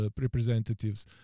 representatives